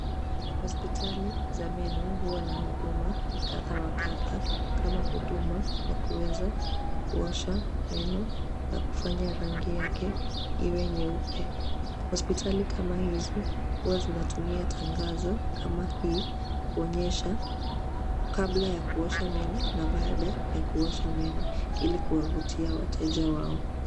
Hospitali za meno huwa na huduma kadha wa kadha kama huduma ya kuweza kuosha meno na kufanya rangi yake iwe nyeupe. Hospitali kama hizi huwa zinatumia tangazo kama hii, kuonyesha kabla ya kuosha meno na baada ya kuosha meno ili kuwavutia wateja wao.